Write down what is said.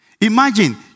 Imagine